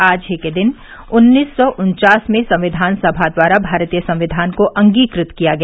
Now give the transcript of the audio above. आज ही के दिन उन्नीस सौ उन्चास में संविधान सभा द्वारा भारतीय संविधान को अंगीकृत किया गया